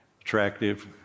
attractive